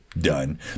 done